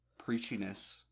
preachiness